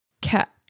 cat